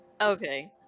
Okay